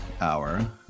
hour